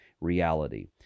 reality